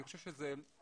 אני חושב שזה סמל